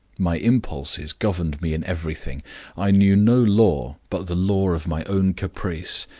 my impulses governed me in everything i knew no law but the law of my own caprice,